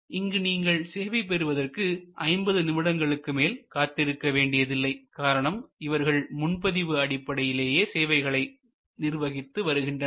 மேலும் இங்கு நீங்கள் சேவை பெறுவதற்கு 50 நிமிடங்களுக்கு மேல் காத்திருக்க வேண்டியதில்லை காரணம் இவர்கள் முன்பதிவு அடிப்படையிலேயே சேவைகளை நிர்வகித்து வருகின்றனர்